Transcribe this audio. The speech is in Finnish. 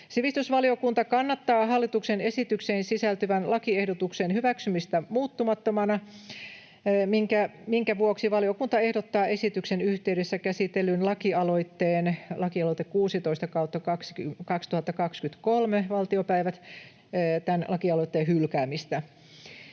Sivistysvaliokunta kannattaa hallituksen esitykseen sisältyvän lakiehdotuksen hyväksymistä muuttamattomana, minkä vuoksi valiokunta ehdottaa esityksen yhteydessä käsitellyn lakialoitteen 16/2023 vp hylkäämistä.